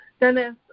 Dennis